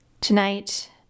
Tonight